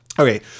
Okay